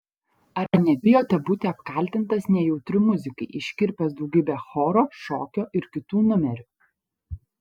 ar nebijote būti apkaltintas nejautriu muzikai iškirpęs daugybę choro šokio ir kitų numerių